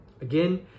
Again